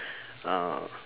uh